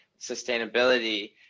sustainability